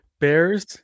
Bears-